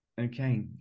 okay